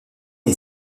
est